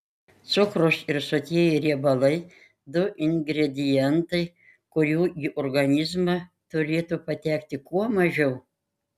cukrus ir sotieji riebalai du ingredientai kurių į organizmą turėtų patekti kuo mažiau